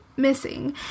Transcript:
missing